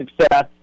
success